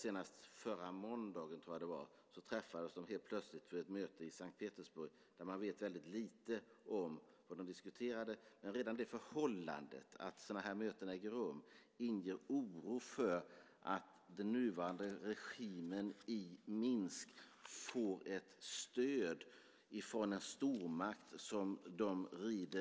Senast förra måndagen, tror jag att det var, såg vi att de helt plötsligt träffades för ett möte i S:t Petersburg. Man vet väldigt lite om vad de diskuterade. Men redan det förhållandet att sådana möten äger rum inger en oro för att den nuvarande regimen i Minsk får ett stöd från en stormakt som de